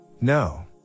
No